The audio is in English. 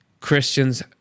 Christians